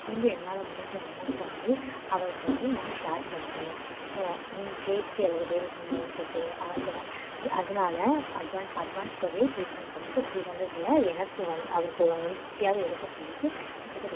கொஞ்சம் என்னால் முடிந்த அமௌண்ட்டை வந்து அவருக்கு வந்து நான் ஷேர் பண்ணுவேன் நீங்கள் கேப்ஸ்ஸி அல்லது ட்ரைவருக்கு முன் பணம் செலுத்துவது ஆசைதான் அதனால் அட்வான்ஸ் அட்வான்ஸ் தொகையை திருப்பி நான் கண்டிப்பாக த்ரீ ஹண்ட்ரட்ல எனக்கு ஒன் அவருக்கு ஒன் ஃபிஃப்ட்டியாது எடுக்க சொல்லிட்டு மிச்சத்தை குடுத்து